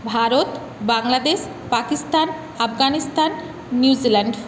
Bharat Bangladesh Pakistan Afghanistan New Zealand